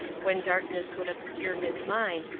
when darkness would obscure his mind,